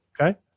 Okay